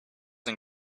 and